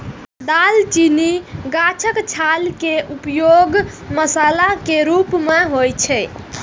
दालचीनी गाछक छाल के उपयोग मसाला के रूप मे होइ छै